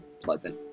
pleasant